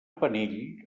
penell